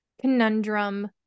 conundrum